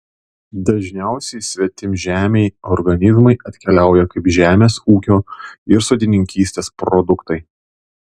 dažniausiai svetimžemiai organizmai atkeliauja kaip žemės ūkio ir sodininkystės produktai